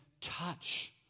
touch